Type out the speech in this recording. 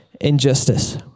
injustice